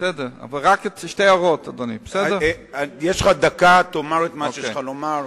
יש לך דקה ותאמר את מה שיש לך לומר.